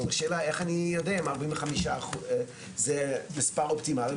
השאלה איך אני יודע אם 45 סנטימטרים זה מספר אופטימלי.